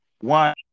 one